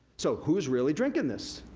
so, who's really drinking this?